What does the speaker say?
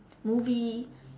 movie